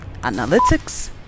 Analytics